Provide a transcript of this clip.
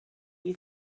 you